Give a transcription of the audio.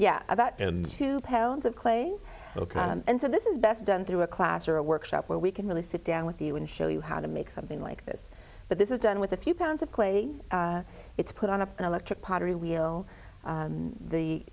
yeah about two pounds of clay and so this is best done through a class or a workshop where we can really sit down with you and show you how to make something like this but this is done with a few pounds of clay it's put on a electric pottery wheel the the